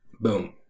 Boom